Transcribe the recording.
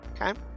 Okay